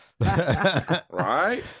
Right